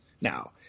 now